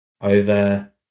over